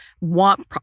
want